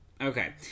Okay